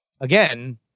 again